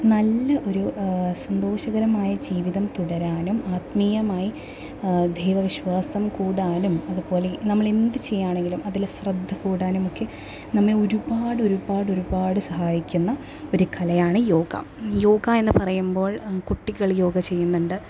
നല്ല ഒരു സന്തോഷകരമായ ജീവിതം തുടരാനും ആത്മീയമായി ദൈവ വിശ്വാസം കൂടാനും അതുപോലെ നമ്മളെന്ത് ചെയ്യുകയാണെങ്കിലും അതിൽ ശ്രദ്ധ കൂടാനുമൊക്കെ നമ്മെ ഒരുപാട് ഒരുപാടൊരുപാട് സഹായിക്കുന്ന ഒരു കലയാണ് യോഗ യോഗ എന്ന് പറയുമ്പോൾ കുട്ടികൾ യോഗ ചെയ്യുന്നുണ്ട്